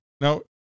Now